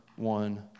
one